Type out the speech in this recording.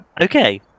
Okay